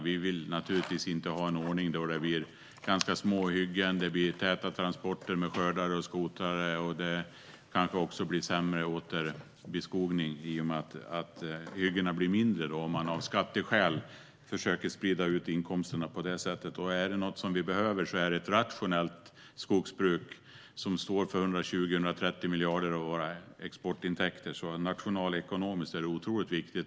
Vi vill naturligtvis inte ha en ordning där det blir ganska små hyggen, täta transporter med skördare och skotare och kanske sämre återbeskogning i och med att hyggena blir mindre om man av skatteskäl försöker sprida ut inkomsterna på det sättet. Är det något vi behöver är det ett rationellt skogsbruk. Det står för 120-130 miljarder kronor av våra exportintäkter, så nationalekonomiskt är det otroligt viktigt.